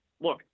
look